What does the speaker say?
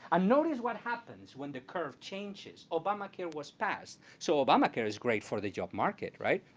and notice what happens when the curve changes. obamacare was passed, so obamacare is great for the job market, right?